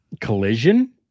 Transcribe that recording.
Collision